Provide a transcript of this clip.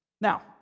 Now